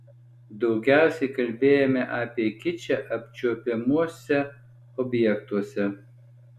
daugiausiai kalbėjome apie kičą apčiuopiamuose objektuose